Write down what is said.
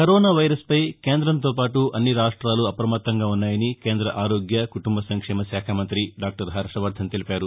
corona virus పై కేంద్రంతో పాటు అన్ని రాష్ట్లాలు అప్రమత్తంగా ఉన్నాయని కేంద్ర ఆరోగ్య కుటుంబ సంక్షేమ శాఖ మంతి డాక్షర్ హర్షవర్దన్ తెలిపారు